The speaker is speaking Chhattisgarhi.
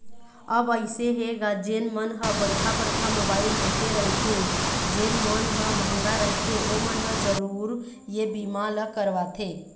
अब अइसे हे गा जेन मन ह बड़का बड़का मोबाइल रखे रहिथे जेन मन ह मंहगा रहिथे ओमन ह जरुर ये बीमा ल करवाथे